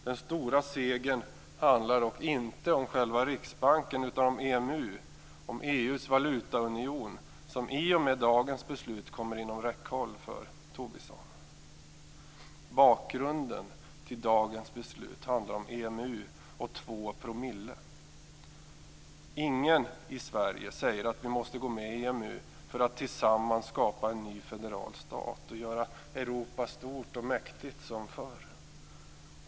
Den stora segern handlar dock inte om själva Riksbanken utan om EMU, om EU:s valutaunion som i och med dagens beslut kommer inom räckhåll för Bakgrunden till dagens beslut handlar om EMU och om 2 %. Ingen i Sverige säger att vi måste gå med i EMU för att tillsammans skapa en ny federal stat och göra Europa lika stort och mäktigt som förr.